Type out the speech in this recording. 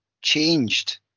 changed